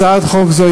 הצעת חוק זו,